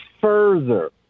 further